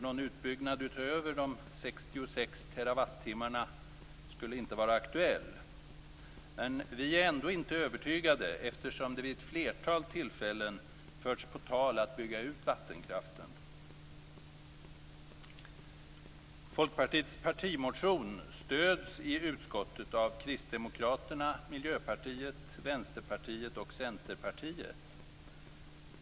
Någon utbyggnad utöver 66 TWh skulle inte vara aktuell. Men vi är ändå inte övertygade, eftersom det vid ett flertal tillfällen förts på tal att bygga ut vattenkraften. Folkpartiets partimotion stöds i utskottet av Kristdemokraterna, Miljöpartiet, Vänsterpartiet och Centerpartiet.